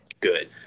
good